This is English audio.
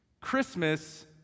Christmas